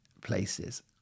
places